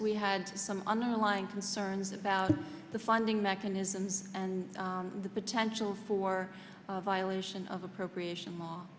we had some underlying concerns about the funding mechanisms and the potential for a violation of appropriation